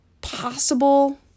possible